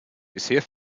bisher